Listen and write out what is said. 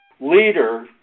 leader